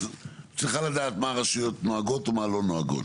את צריכה לדעת מה הרשויות נוהגות ומה לא נוהגות,